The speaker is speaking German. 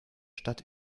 stadt